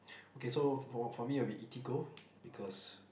okay so for for me it'll be eatigo because